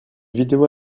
vidéo